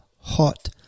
hot